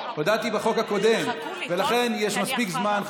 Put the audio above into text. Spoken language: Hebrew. הודעתי בחוק הקודם, ולכן יש מספיק זמן.